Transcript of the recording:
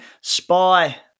Spy